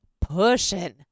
pushing